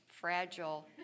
fragile